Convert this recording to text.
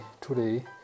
today